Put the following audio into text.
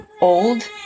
old